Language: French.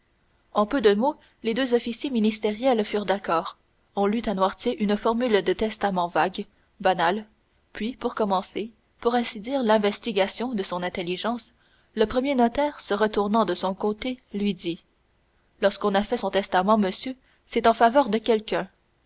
en peu de mots les deux officiers ministériels furent d'accord on lut à noirtier une formule de testament vague banale puis pour commencer pour ainsi dire l'investigation de son intelligence le premier notaire se retournant de son côté lui dit lorsqu'on fait son testament monsieur c'est en faveur de quelqu'un